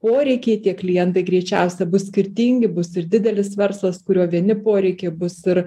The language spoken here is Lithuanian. poreikiai tie klientai greičiausia bus skirtingi bus ir didelis verslas kurio vieni poreikiai bus ir